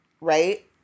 Right